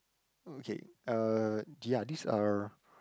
okay uh ya these are